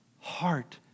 heart